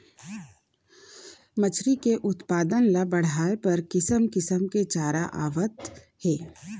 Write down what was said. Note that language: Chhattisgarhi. मछरी के उत्पादन ल बड़हाए बर किसम किसम के चारा आवत हे